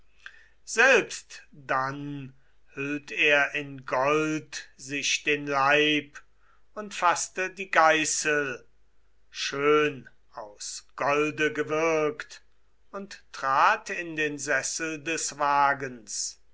selbst dann hüllt er in gold sich den leib und faßte die geißel schön aus golde gewirkt und trat in den sessel des wagens